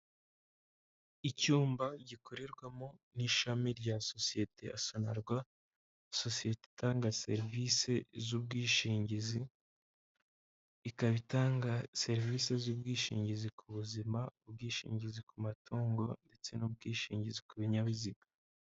Icyumba gikorerwamo n'ishami rya sosiyete ya sonarwa, sosiyete itanga serivise z'ubwishingizi, ikaba itanga serivise z'ubwishingizi ku buzima, ubwishingizi ku matungo ndetse n'ubwishingizi ku binyabiziga.